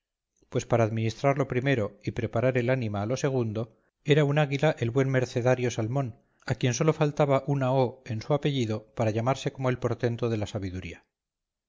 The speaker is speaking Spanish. pues para administrar lo primero y preparar el ánima a lo segundo era un águila el buen mercenario salmón a quien sólo faltaba una o en su apellido para llamarse como el portento de la sabiduría